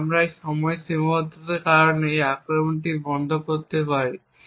তাই আমরা সময়ের সীমাবদ্ধতার কারণে এই আক্রমণটি বন্ধ করতে পারি